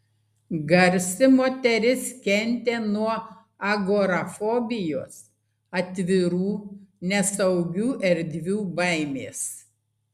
garsi moteris kentė nuo agorafobijos atvirų nesaugių erdvių baimės